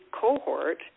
cohort